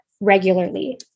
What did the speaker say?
regularly